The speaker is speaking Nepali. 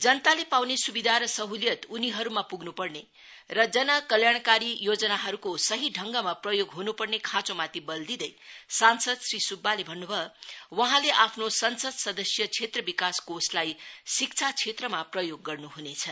जनताले पाउने सुविधा र सहलियत उनीहरूमा पुग्नु पर्ने र जनकल्याणकारी योजनाहरूको सही ढङ्गमा प्रयोग हन्पर्ने खाँचोमाथि बल दिँदै सांसद श्री सुब्बाले भन्न् भयो वहाँले आफ्नो संसद सदस्य क्षेत्र विकास कोषलाई राज्यमा शिक्षा क्षेत्रमा प्रयोग गर्नु ह्नेछ